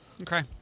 Okay